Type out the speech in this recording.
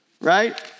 right